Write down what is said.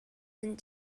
and